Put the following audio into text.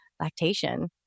lactation